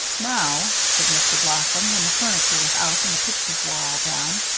now, said mr. blossom, when the furniture was out and the pictures were all down,